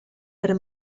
per